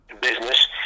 business